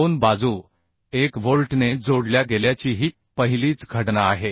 दोन बाजू 1 व्होल्टने जोडल्या गेल्याची ही पहिलीच घटना आहे